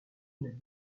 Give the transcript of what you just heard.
une